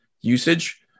usage